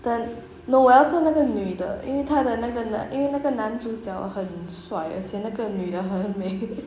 the~ no 我要做那个女的因为她的那个因为那个男主角很帅而且那个女的很美